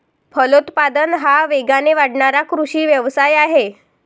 फलोत्पादन हा वेगाने वाढणारा कृषी व्यवसाय आहे